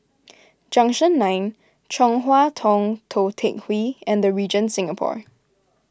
Junction nine Chong Hua Tong Tou Teck Hwee and the Regent Singapore